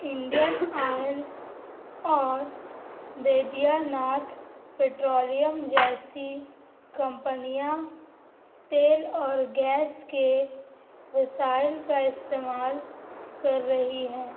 Indian oil اور Baidyanath petroleum جیسی کمپنیاں تیل اور گیس کے وسائل کا استعمال کر رہی ہیں